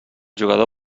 jugador